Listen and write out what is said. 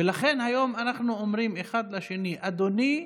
ולכן היום אנחנו אומרים אחד לשני "אדוני"